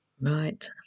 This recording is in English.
right